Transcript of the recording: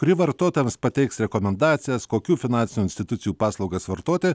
kuri vartotojams pateiks rekomendacijas kokių finansinių institucijų paslaugas vartoti